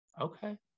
okay